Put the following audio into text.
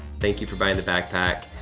thank you for buying the backpack.